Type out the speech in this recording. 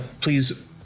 Please